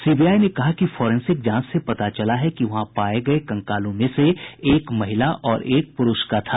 CBI ने कहा कि फोरेंसिक जांच से पता चला है कि वहां पाए गए कंकालों में से एक महिला और एक प्ररूष का था